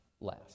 last